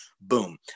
Boom